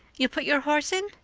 you'll put your horse in?